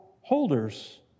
holders